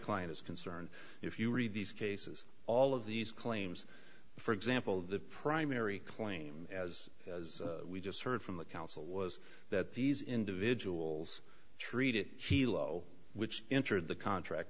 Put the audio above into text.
client is concerned if you read these cases all of these claims for example the primary claim as we just heard from the council was that these individuals treated hilo which entered the contract